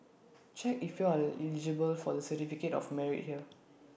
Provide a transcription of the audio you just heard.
check if you are eligible for the certificate of merit here